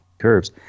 curves